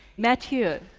matthieu.